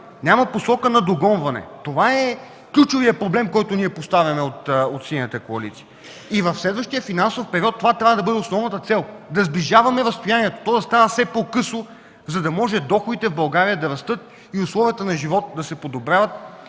няма посока на догонване. Това е ключовият проблем, който поставяме ние от Синята коалиция. В следващия финансов период това трябва да бъде основната цел – да сближаваме разстоянието, да става то все по-късо, за да могат доходите в България да растат и условията на живот да се подобряват,